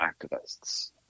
activists